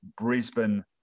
Brisbane